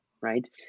Right